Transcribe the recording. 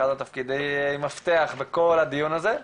אחד מתפקידי המפתח בכל הדיון הזה,